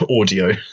audio